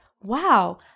wow